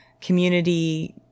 community